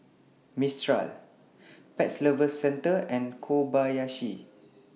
Mistral Pet Lovers Centre and Kobayashi